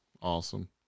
Awesome